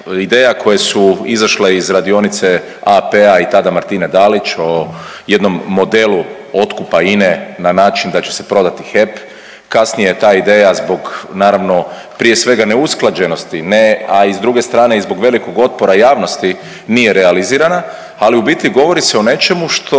ideja koje se izašle iz radionice AP-a i tada Martine Dalić o jednom modelu otkupa INA-e na način da će se prodati HEP, kasnije je ta ideja zbog naravno prije svega neusklađenosti, ne, a i s druge strane i zbog velikog otpora javnosti nije realizirana, ali u biti govori se o nečemu što